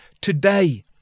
today